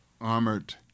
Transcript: armored